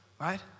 right